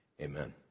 Amen